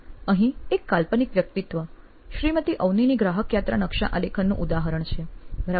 અહીં એક કાલ્પનિક વ્યક્તિત્વ શ્રીમતી અવનીની ગ્રાહક યાત્રા નકશા આલેખનનું ઉદાહરણ છે બરાબર